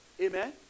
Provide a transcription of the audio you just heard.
Amen